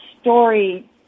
story